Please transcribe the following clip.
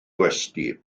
gwesty